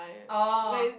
orh